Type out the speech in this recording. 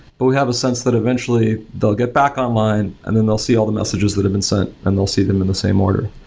but we have a sense that eventually they'll get back online and then they'll see all the messages that have been sent and they'll see them in the same order.